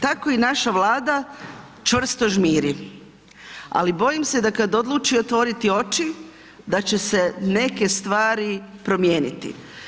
Tako i naša Vlada čvrsto žmiri, ali bojim se da, kada odluči otvoriti oči da će se neke stvari promijeniti.